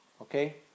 Okay